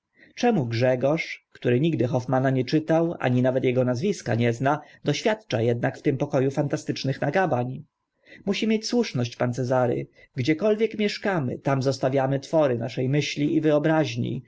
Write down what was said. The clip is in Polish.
czemu grzegorz który nigdy hoffmanna nie czytał ani nawet ego nazwiska nie zna doświadcza ednak w tym poko u fantastycznych nagabań musi mieć słuszność pan cezary gdziekolwiek mieszkamy tam zostawiamy twory nasze myśli i wyobraźni